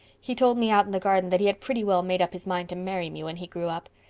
he told me out in the garden that he had pretty well made up his mind to marry me when he grew up.